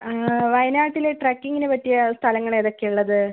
വയനാട്ടില് ട്രാക്കിംഗിന് പറ്റിയ സ്ഥലങ്ങള് ഏതൊക്കെയാ ഉള്ളത്